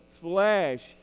flesh